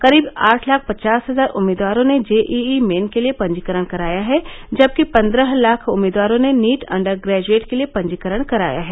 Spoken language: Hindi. करीब आठ लाख पचास हजार उम्मीदवारों ने जेईई मेन के लिए पंजीकरण कराया है जबकि पन्द्रह लाख उम्मीदवारों ने नीट अंडर ग्रेज्एट के लिए पंजीकरण कराया है